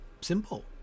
simple